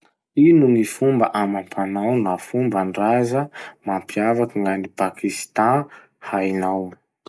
Ino gny fomba amam-panao na fomban-draza mampiavaky gn'any Pakistan hainao?